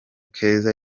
keza